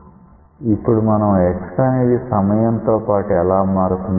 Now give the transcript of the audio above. ఇప్పుడు మనం x అనేది సమయంతో పాటు ఎలా మారుతుందో చూద్దాం